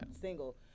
single